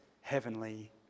heavenly